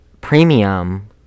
premium